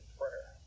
prayer